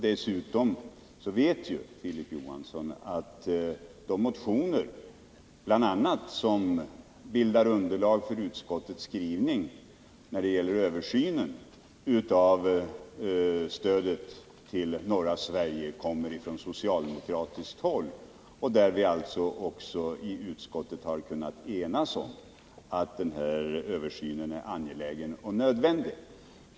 Dessutom vet Filip Johansson att de motioner, som bl.a. bildar underlag för utskottets skrivning när det gäller översynen av stödet till norra Sverige, kommer från socialdemokratiskt håll. Vi har alltså också i utskottet kunnat enas om att den här översynen är angelägen och nödvändig.